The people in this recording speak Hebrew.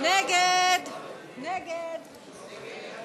סעיף תקציבי 20, משרד